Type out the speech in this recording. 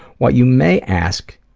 what you may ask,